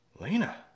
Lena